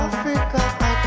Africa